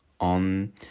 on